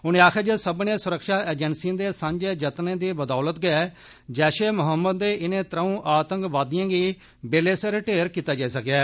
उनें आखेआ जे सब्मनें सुरक्षा एजेंसिएं दे सांझे जतनें दी अदौलत गै जैशे मोहम्मद दे इनें त्रौं आतंकवादिएं गी बेल्ले सिर ढेर कीता जाई सकेआ ऐ